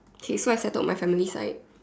K first I told my family side